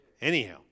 Anyhow